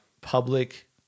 public